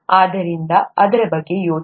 ಆದ್ದರಿಂದ ಅದರ ಬಗ್ಗೆ ಯೋಚಿಸಿ